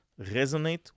resonate